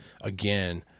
again